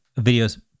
videos